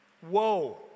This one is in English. Whoa